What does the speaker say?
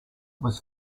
was